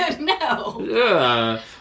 No